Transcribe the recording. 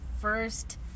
first